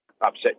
upset